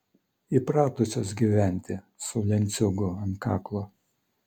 įpratusios gyventi su lenciūgu ant kaklo